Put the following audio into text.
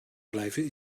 blijven